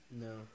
No